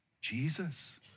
Jesus